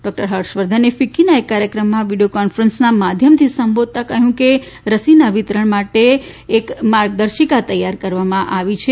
doctor હર્ષવર્ધને ફિક્કીના એક કાર્યક્રમમાં વિડિયો કોન્ફરન્સના માધ્યમથી બોલતાં કહ્યું છે કે રસીના વિતરણ માટે એક અસ્થાયી માર્ગદર્શિકા તૈયાર કરવામાં આવી રહી છે